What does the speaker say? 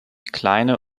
kleine